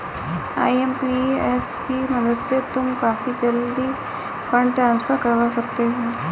IMPS की मदद से तो तुम काफी जल्दी फंड ट्रांसफर करवा सकते हो